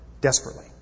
desperately